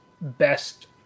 best